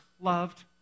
loved